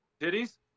Titties